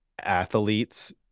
athletes